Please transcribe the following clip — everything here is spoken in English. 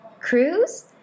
cruise